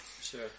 Sure